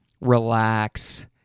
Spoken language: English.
relax